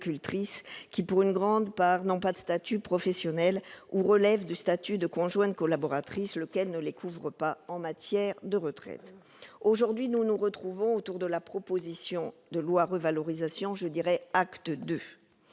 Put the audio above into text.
qui, pour une grande part, n'ont pas de statut professionnel ou relèvent du statut de conjointe collaboratrice, lequel ne les couvre pas en l'espèce. Aujourd'hui, nous nous retrouvons autour de la proposition de loi « revalorisation acte II